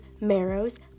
marrows